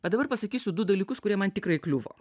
bet dabar pasakysiu du dalykus kurie man tikrai kliuvo